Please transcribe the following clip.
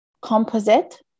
composite